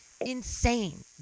insane